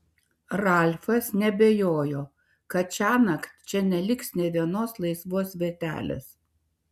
ralfas neabejojo kad šiąnakt čia neliks nė vienos laisvos vietelės